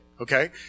okay